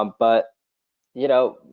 um but you know,